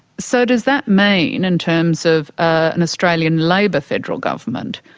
so does that mean, in terms of an australian labor federal government,